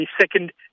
second